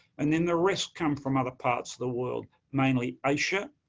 and then, the rest come from other parts of the world, mainly asia,